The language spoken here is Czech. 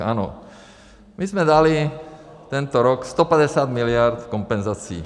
Ano, my jsme dali tento rok 150 miliard kompenzací.